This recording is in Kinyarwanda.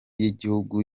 y’igihugu